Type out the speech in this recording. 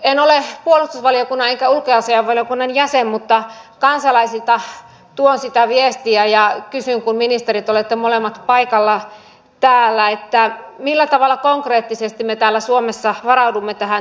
en ole puolustusvaliokunnan enkä ulkoasiainvaliokunnan jäsen mutta kansalaisilta tuon sitä viestiä ja kysyn kun ministerit olette molemmat paikalla täällä millä tavalla konkreettisesti me täällä suomessa varaudumme tähän terroristiuhkaan